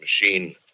machine